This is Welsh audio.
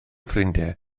ffrindiau